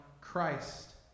Christ